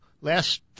Last